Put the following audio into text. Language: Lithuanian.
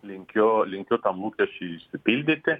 linkiu linkiu tam lūkesčiui išsipildyti